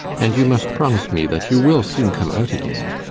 and you must promise me that you will soon come out again.